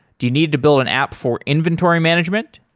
do you need to build an app for inventory management?